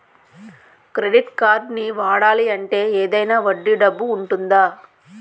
Credit కార్డ్ని వాడాలి అంటే ఏదైనా వడ్డీ డబ్బు ఉంటుందా?